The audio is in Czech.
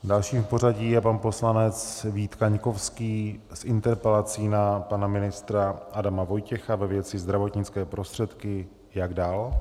Dalším v pořadí je pan poslanec Vít Kaňkovský s interpelací na pana ministra Adama Vojtěcha ve věci zdravotnické prostředky, jak dál.